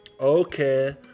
Okay